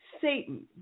Satan